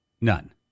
None